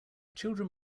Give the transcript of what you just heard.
children